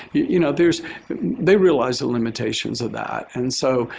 you know, there's they realize the limitations of that. and so,